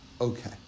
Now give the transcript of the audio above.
Okay